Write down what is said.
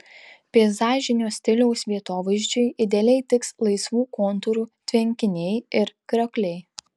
peizažinio stiliaus vietovaizdžiui idealiai tiks laisvų kontūrų tvenkiniai ir kriokliai